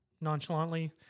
nonchalantly